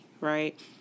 right